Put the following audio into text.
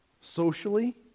socially